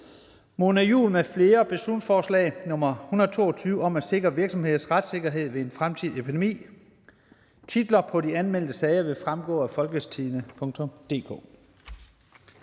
til folketingsbeslutning om at sikre virksomheders retssikkerhed ved en fremtidig epidemi). Titlerne på de anmeldte sager vil fremgå af www.folketingstidende.dk